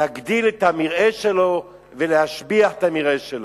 להגדיל את המרעה שלו ולהשביח את המרעה שלו.